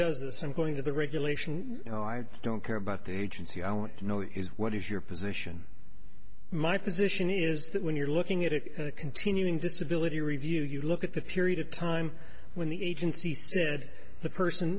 does this i'm going to the regulation you know i don't care about the agency i want to know is what is your position my position is that when you're looking at it as a continuing disability review you look at the period of time when the agency said the person